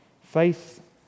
Faith